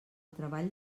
treball